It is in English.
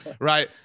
Right